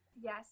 Yes